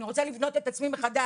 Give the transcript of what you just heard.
אני רוצה לבנות את עצמי מחדש.